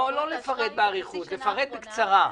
לא לפרט באריכות, לפרט בקצרה.